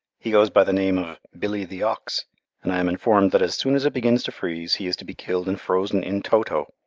he goes by the name of billy the ox and i am informed that as soon as it begins to freeze, he is to be killed and frozen in toto,